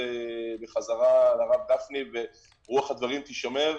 בחזרה לרב גפני ורוח הדברים תישמר,